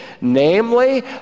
namely